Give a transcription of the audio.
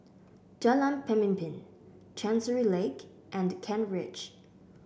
Jalan Pemimpin Chancery Lane and Kent Ridge